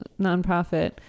nonprofit